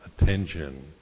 attention